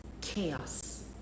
chaos